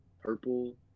purple